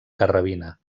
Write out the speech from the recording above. carrabina